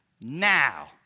now